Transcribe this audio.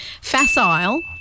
Facile